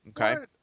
okay